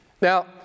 Now